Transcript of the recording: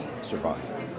survive